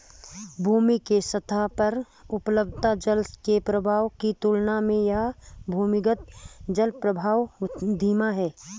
भूमि के सतह पर उपलब्ध जल के प्रवाह की तुलना में यह भूमिगत जलप्रवाह धीमा है